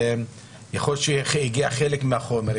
יכול להיות שהגיע חלק מהחומר,